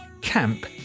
camp